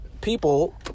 people